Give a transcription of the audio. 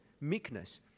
meekness